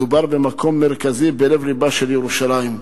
מדובר במקום מרכזי בלב-לבה של ירושלים.